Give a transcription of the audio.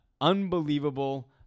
Unbelievable